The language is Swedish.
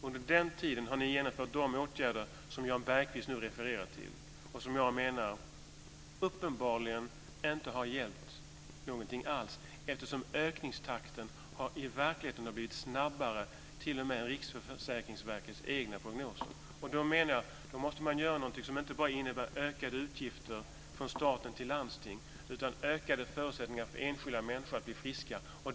Under den tiden har ni genomfört de åtgärder som Jan Bergqvist nu refererar till och som jag menar uppenbarligen inte har hjälpt någonting alls eftersom ökningstakten i verkligheten har blivit snabbare än t.o.m. Riksförsäkringsverkets egna prognoser. Då måste man göra någonting som inte bara innebär ökade utgifter från staten till landsting utan ökade förutsättningar för enskilda människor att bli friska.